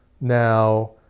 now